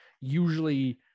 usually